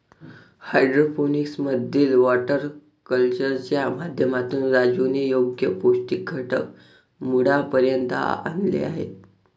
hydroponics मधील water कल्चरच्या माध्यमातून राजूने योग्य पौष्टिक घटक मुळापर्यंत आणले आहेत